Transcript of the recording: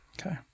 Okay